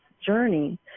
journey